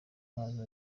mazi